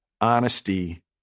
honesty